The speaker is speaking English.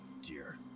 dear